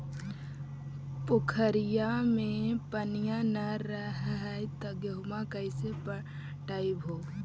पोखरिया मे पनिया न रह है तो गेहुमा कैसे पटअब हो?